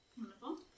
Wonderful